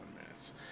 minutes